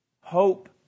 Hope